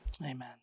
Amen